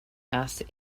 asked